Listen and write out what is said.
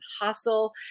hustle